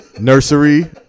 nursery